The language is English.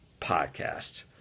podcast